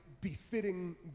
befitting